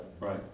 Right